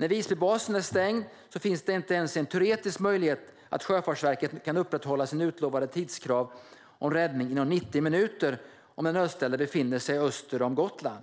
När Visbybasen är stängd finns det inte ens en teoretisk möjlighet att Sjöfartsverket kan upprätthålla sina utlovade tidskrav om räddning inom 90 minuter om den nödställda befinner sig öster om Gotland.